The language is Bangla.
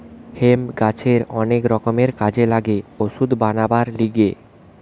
হেম্প গাছের অনেক রকমের কাজে লাগে ওষুধ বানাবার লিগে